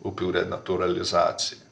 upių renatūralizacija